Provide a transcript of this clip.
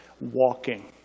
walking